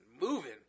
moving